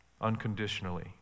unconditionally